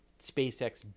SpaceX